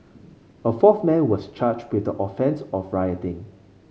a fourth man was charged with the offence of rioting